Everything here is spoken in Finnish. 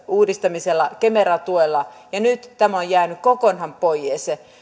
uudistamisella kemera tuella ja nyt tämä on jäänyt kokonaan pois